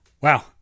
Wow